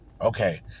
Okay